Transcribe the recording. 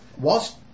Whilst